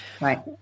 Right